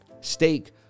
Steak